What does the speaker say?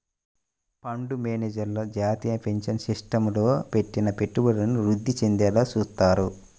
fund మేనేజర్లు జాతీయ pension సిస్టమ్లో పెట్టిన పెట్టుబడులను వృద్ధి చెందేలా చూత్తారు